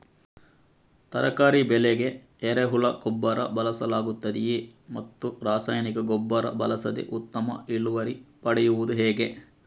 ತರಕಾರಿ ಬೆಳೆಗೆ ಎರೆಹುಳ ಗೊಬ್ಬರ ಬಳಸಲಾಗುತ್ತದೆಯೇ ಮತ್ತು ರಾಸಾಯನಿಕ ಗೊಬ್ಬರ ಬಳಸದೆ ಉತ್ತಮ ಇಳುವರಿ ಪಡೆಯುವುದು ಹೇಗೆ?